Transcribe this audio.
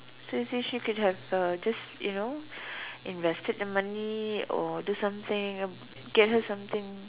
so you see she could have uh just you know invested the money or do something get her something